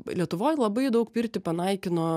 lietuvoj labai daug pirtį panaikino